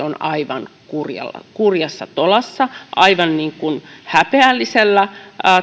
ovat aivan kurjalla kurjalla tolalla aivan häpeällisellä